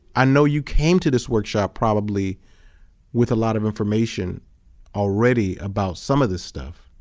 i know you came to this workshop probably with a lot of information already about some of this stuff,